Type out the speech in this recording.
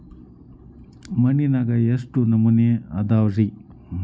ಮಣ್ಣಿನಾಗ ಎಷ್ಟು ನಮೂನೆ ಅದಾವ ರಿ?